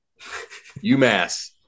UMass